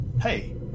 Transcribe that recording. hey